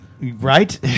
Right